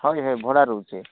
ହଁ କି ଭାଇ ଭଡ଼ା ରହୁଛି